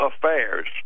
affairs